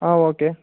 okay